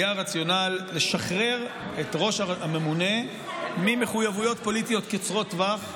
היה רציונל לשחרר את הממונה ממחויבויות פוליטיות קצרות טווח,